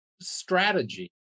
strategy